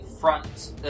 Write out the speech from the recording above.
front